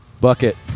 Bucket